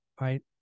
right